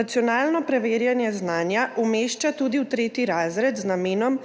Nacionalno preverjanje znanja umešča tudi v 3. razred z namenom